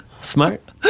Smart